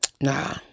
nah